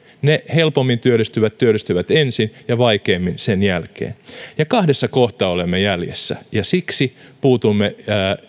ne helpommin työllistyvät työllistyvät ensin ja vaikeimmin sen jälkeen kahdessa kohtaa olemme jäljessä ja siksi puutumme